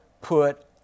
put